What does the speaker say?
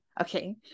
Okay